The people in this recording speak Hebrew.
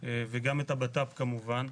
וגם את הבט"פ כמובן,